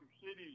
cities